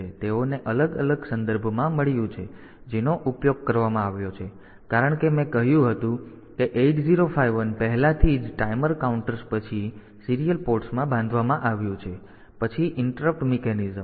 તેથી તેઓને અલગ અલગ સંદર્ભમાં મળ્યું છે જેનો ઉપયોગ કરવામાં આવ્યો છે કારણ કે મેં કહ્યું હતું કે 8051 પહેલાથી જ ટાઇમર કાઉન્ટર્સ પછી સીરીયલ પોર્ટ્સમાં બાંધવામાં આવ્યું છે પછી ઇન્ટરપ્ટ મિકેનિઝમ